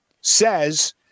says